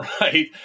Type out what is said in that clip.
right